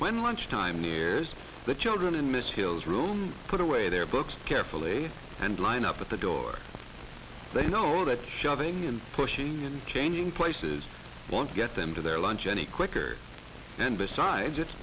when lunch time nears the children in miss hill's room put away their books carefully and line up at the door they know that shoving and pushing and changing places won't get them to their lunch any quicker and besides